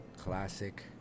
classic